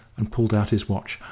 and pulled out his watch.